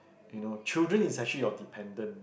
you know children is actually your dependent